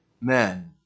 men